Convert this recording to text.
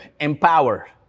empower